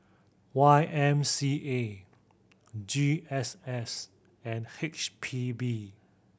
Y M C A G S S and H P B